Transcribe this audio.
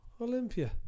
Olympia